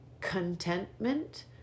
contentment